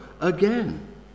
again